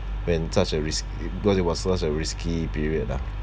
when such a risk because it was such a risky period lah